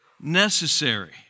necessary